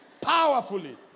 powerfully